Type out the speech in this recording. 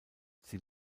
sie